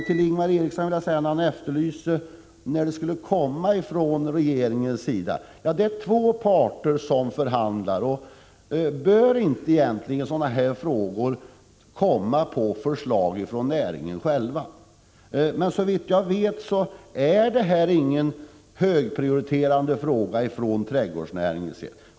Till Ingvar Eriksson, som efterlyste ett förslag från regeringens sida, vill jag dock säga att det är två parter som förhandlar. Bör egentligen inte sådana här förslag komma fram på initiativ från näringen själv? Såvitt jag förstår är detta dock icke någon högt prioriterad fråga inom trädgårdsnäringen.